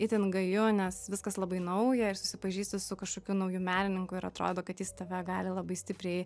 itin gaju nes viskas labai nauja ir susipažįsti su kažkokiu nauju menininku ir atrodo kad jis tave gali labai stipriai